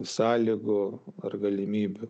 sąlygų ar galimybių